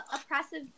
oppressive